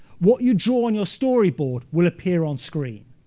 what you draw on your storyboard will appear on screen.